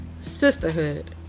Sisterhood